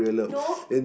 no